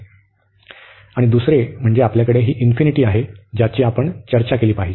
आणि दुसरे म्हणजे आपल्याकडे ही इन्फिनिटी आहे ज्याची आपण चर्चा केली पाहिजे